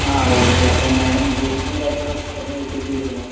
ആ ഓക്കെ അപ്പം മാഡം റൂംസും കാര്യങ്ങളൊക്കെ ചെക്ക് ചെയ്തിരുന്നോ